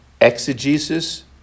exegesis